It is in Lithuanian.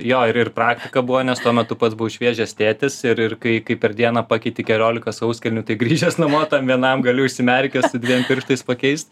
jo ir ir praktika buvo nes tuo metu pats buvo šviežias tėtis ir ir kai kai per dieną pakeiti keliolika sauskelnių tai grįžęs namo vienam galiu užsimerkęs su dviem pirštais pakeist